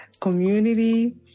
community